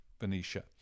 venetia